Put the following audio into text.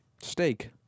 Steak